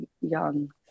young